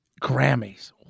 Grammys